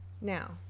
now